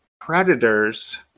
Predators